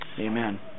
Amen